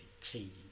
changing